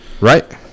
Right